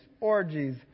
orgies